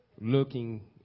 Looking